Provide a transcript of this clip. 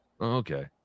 Okay